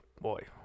Boy